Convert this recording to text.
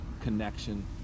connection